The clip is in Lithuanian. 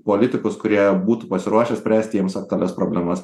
politikus kurie būtų pasiruošę spręsti jiems aktualias problemas